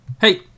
hey